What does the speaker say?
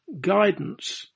guidance